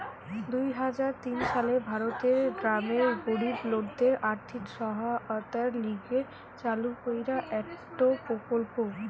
দুই হাজার তিন সালে ভারতের গ্রামের গরিব লোকদের আর্থিক সহায়তার লিগে চালু কইরা একটো প্রকল্প